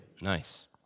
Nice